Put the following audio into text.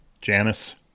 Janice